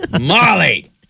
Molly